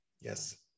Yes